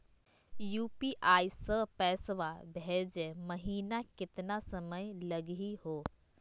UPI स पैसवा भेजै महिना केतना समय लगही हो?